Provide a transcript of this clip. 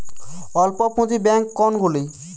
অল্প পুঁজি ব্যাঙ্ক কোনগুলি?